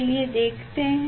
चलिये देखते हैं